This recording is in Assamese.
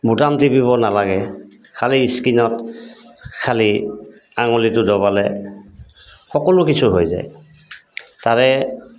বুটাম টিপিব নালাগে খালী স্কিনত খালী আঙুলিটো দবালে সকলো কিছু হৈ যায় তাৰে